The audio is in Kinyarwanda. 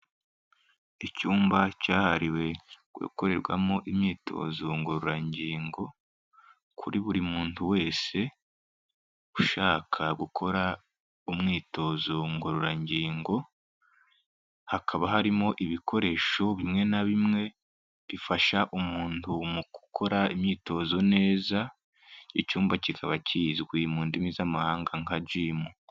Icyumba cyahariwe gukorerwamo imyitozo ngororangingo kuri buri muntu wese ushaka gukora umwitozo ngororangingo, hakaba harimo ibikoresho bimwe na bimwe bifasha umuntu mu gukora imyitozo neza icyumba kikaba kizwi mu ndimi z'amahanga nka gym.